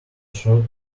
third